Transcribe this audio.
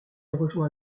rejoint